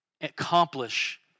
accomplish